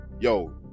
yo